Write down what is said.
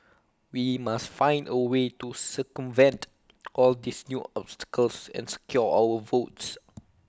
we must find A way to circumvent all these new obstacles and secure our votes